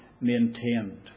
maintained